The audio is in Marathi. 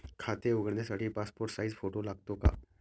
खाते उघडण्यासाठी पासपोर्ट साइज फोटो लागतो का?